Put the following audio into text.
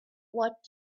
what